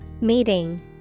Meeting